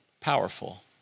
powerful